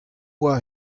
boa